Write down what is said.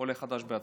עולה חדש בעצמו,